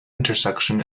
intersection